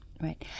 right